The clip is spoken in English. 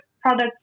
products